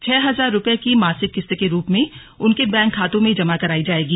छह हजार रुपये की मासिक किस्त के रूप में उनके बैंक खातों में जमा कराई जायेगी